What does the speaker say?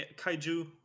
Kaiju